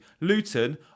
Luton